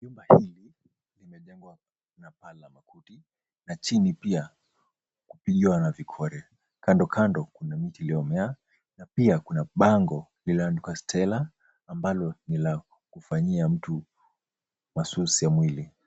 Jumba hili limejengwa na paa la makuti na chini pia kupigiwa na vikore. Kandokando, kuna mti uliomea na pia kuna bango lililoandikwa Stella ambalo ni la kufanyia mtu masusi ya mwili.